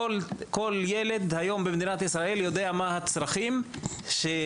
כל ילד היום במדינת ישראל יודע מה הצרכים שחסרים